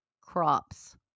crops